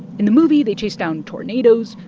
in the movie, they chase down tornadoes,